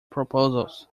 proposals